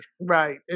Right